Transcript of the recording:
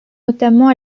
notamment